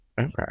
Okay